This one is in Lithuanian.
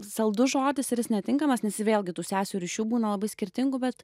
saldus žodis ir jis netinkamas nes vėlgi tų sesių ryšių būna labai skirtingų bet